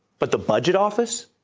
but the budget office?